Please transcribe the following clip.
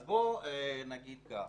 אז בואו נגיד כך: